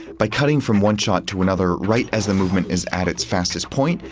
by cutting from one shot to another right as the movement is at its fastest point,